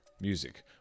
music